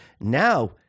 Now